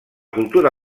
cultura